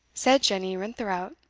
said jenny rintherout,